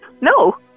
no